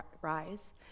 rise